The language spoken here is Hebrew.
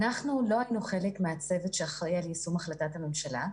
אנחנו לא היינו חלק מהצוות שאחראי על יישום החלטת הממשלה,